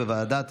לוועדת